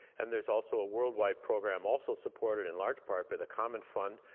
and there's also a worldwide program also supported in large part by the common fund,